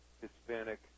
Hispanic